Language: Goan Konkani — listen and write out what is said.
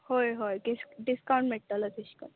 हय हय डिसकावंट मेळटलो तेश कोन